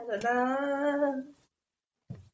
da-da-da